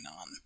on